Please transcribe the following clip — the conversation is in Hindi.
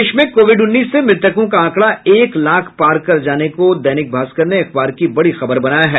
देश में कोविड उन्नीस से मृतकों का आंकड़ा एक लाख पार कर जाने को दैनिक भास्कर ने अखबार की बड़ी खबर बनाया है